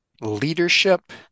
leadership